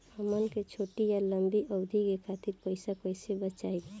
हमन के छोटी या लंबी अवधि के खातिर पैसा कैसे बचाइब?